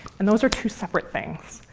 and those are two separate things.